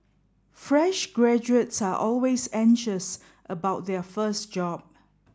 fresh graduates are always anxious about their first job